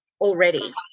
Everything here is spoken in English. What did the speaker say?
already